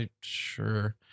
sure